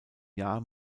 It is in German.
jahr